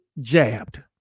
jabbed